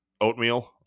oatmeal